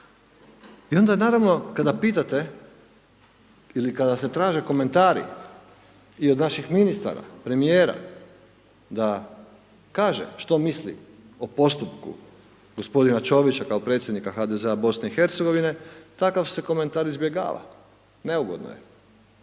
I onda naravno kada pitate, ili kada se traže komentari, i od naših ministara, premijera, da kaže što misli o postupku gospodina Čovića kao predsjednika HDZ-a Bosne i Hercegovine, takav se komentar izbjegava, neugodno je.